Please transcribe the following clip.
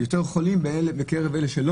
יותר חולים בקרב אלה שלא